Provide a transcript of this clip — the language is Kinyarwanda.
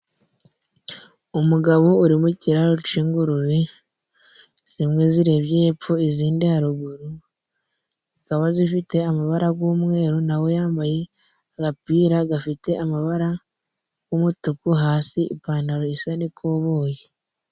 Umugabo uri mu kiraro cy'ingurube, zimwe zirebye hepfo izindi haruguru. Zikaba zifite amabara y'umweru, na yambaye agapira gafite amabara y'umutuku, hasi ipantaro isa n'ikoboboyi.